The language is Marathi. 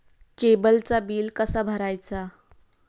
केबलचा बिल कसा भरायचा?